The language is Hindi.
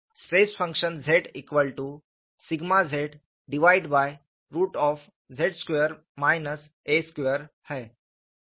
स्ट्रेस फंक्शन Zzz2 a2 है